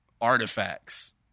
artifacts